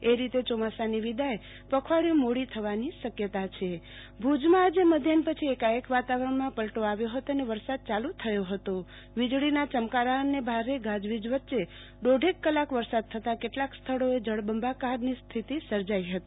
એ રીતે યોમાસાની વિદાય પખવાડીયુ મોડી થવાની શક્યતા છે ભુજમાં આજે મધ્યાહન પછી એકાએક વાતાવરણમાં પલટો આવ્યો હતો અને વરસાદ યાલુ થયો હતો વીજળીના ચમકારા અને ભારે ગાજવીજ વચ્ચે દીઢેક કલાક વરસાદ થતા કેટલાક સ્થળોએ જળબંબાકારની સ્થિતિ સર્જાઈ હતી